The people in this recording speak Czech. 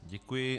Děkuji.